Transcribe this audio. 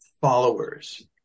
followers